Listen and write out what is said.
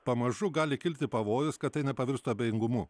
pamažu gali kilti pavojus kad tai nepavirstų abejingumu